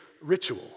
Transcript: ritual